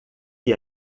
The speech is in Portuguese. que